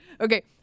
okay